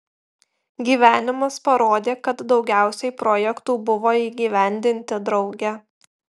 gyvenimas parodė kad daugiausiai projektų buvo įgyvendinti drauge